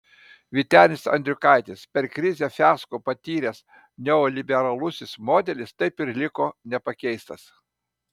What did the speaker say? vytenis andriukaitis per krizę fiasko patyręs neoliberalusis modelis taip ir liko nepakeistas